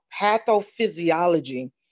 pathophysiology